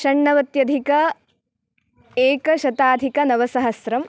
षण्णवत्यधिक एकशताधिकनवसहस्रम्